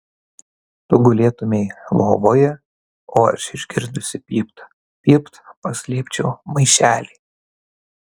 tu gulėtumei lovoje o aš išgirdusi pypt pypt paslėpčiau maišelį